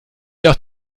wir